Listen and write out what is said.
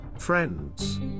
Friends